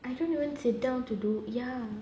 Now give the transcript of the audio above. I don't even sit down to do ya